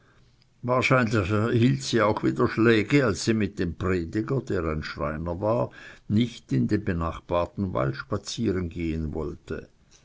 wahrscheinlich erhielt sie auch wieder schläge als sie mit dem prediger der ein schreiner war nicht in den benachbarten wald spazieren gehen wollte